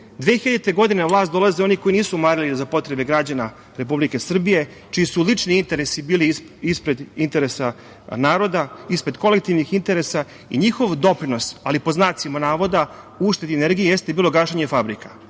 2000. na vlast dolaze oni koji nisu marili za potrebe građana Republike Srbije, čiji su lični interesi bili ispred interesa naroda, ispred kolektivnih interesa i njihov doprinos, ali pod znacima navoda, uštedi energije, jeste bilo gašenje fabrika.